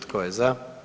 Tko je za?